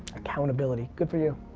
accountability, good for you.